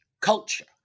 culture